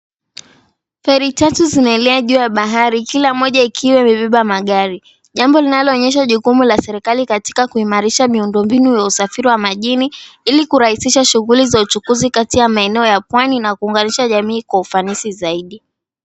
Feri tatu zinaelea juu ya bahari, kila moja ikiwa imebeba magari. Jambo linaloonyesha jukumu la serikali katika kuimarisha miundo mbinu ya usafiri wa majini, ili kurahisisha shughuli za uchukuzi kati ya maeneo ya pwani na kuunganisha jamii kwa ufanisi zaidi.